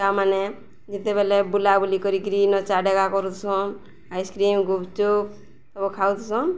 ତା'ମାନେ ଯେତେବେଲେ ବୁଲାବୁଲି କରିକି ନ ଚାଡେଗା କରୁସୁନ୍ ଆଇସ୍କ୍ରିମ ଗୁପଚୁପ ସବୁ ଖାଉସନ୍